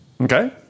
Okay